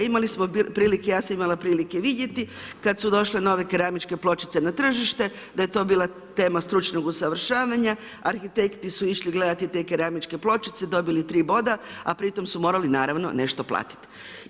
Imali smo prilike, ja sam imala prilike vidjeti kad su došle nove keramičke pločice na tržište da je to bila tema stručnog usavršavanja, arhitekti su išli gledati te keramičke pločice, dobili 3 boda, a pri tom su morali naravno nešto platiti.